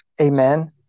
amen